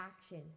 action